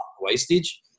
wastage